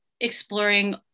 exploring